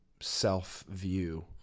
self-view